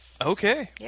Okay